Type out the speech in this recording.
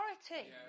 authority